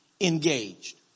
engaged